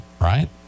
right